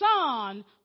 son